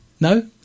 No